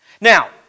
Now